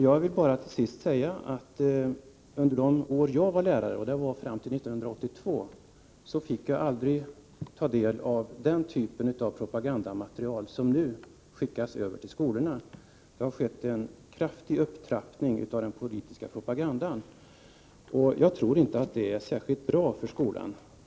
Jag vill till sist säga att under de år då jag var lärare, fram till 1982, mötte jag aldrig den typ av propagandamaterial som nu skickas över till skolorna. Det har skett en kraftig upptrappning av den politiska propagandan. Jag tror inte att det är särskilt bra för skolan.